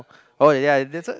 uh yeah that's